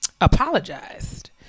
apologized